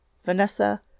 Vanessa